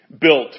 built